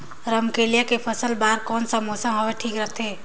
रमकेलिया के फसल बार कोन सा मौसम हवे ठीक रथे?